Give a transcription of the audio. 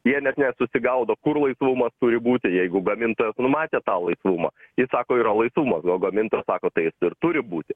jie net nesusigaudo kur laisvumas turi būti jeigu gamintojas numatė tą laisvumą jis sako yra laisvumas gal gamintojas sako tai jis ir turi būti